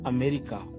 America